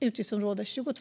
utgiftsområde 22.